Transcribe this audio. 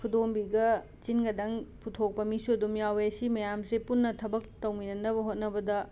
ꯈꯨꯗꯣꯝꯕꯤꯒ ꯆꯤꯟꯒꯗꯪ ꯄꯨꯊꯣꯛꯄ ꯃꯤꯁꯨ ꯑꯗꯨꯝ ꯌꯥꯎꯋꯦ ꯁꯤ ꯃꯌꯥꯝꯁꯦ ꯄꯨꯟꯅ ꯊꯕꯛ ꯇꯧꯃꯤꯟꯅꯅꯕ ꯍꯣꯠꯅꯕꯗ